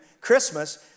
Christmas